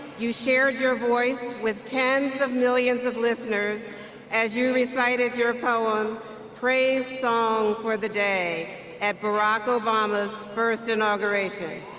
you shared your voice with tens of millions of listeners as you recited your poem praise song for the day at barack obama's first inauguration.